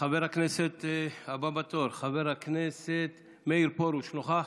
חבר הכנסת הבא בתור, חבר הכנסת מאיר פרוש נוכח?